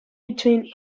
between